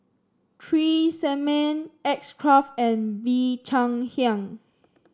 Tresemme X Craft and Bee Cheng Hiang